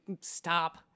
stop